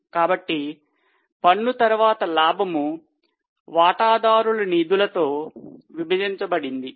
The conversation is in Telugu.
కాబట్టి పన్ను తరువాత లాభం వాటాదారుల నిధులతో విభజించబడింది